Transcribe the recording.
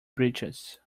breeches